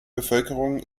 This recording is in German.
bevölkerung